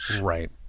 Right